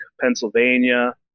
Pennsylvania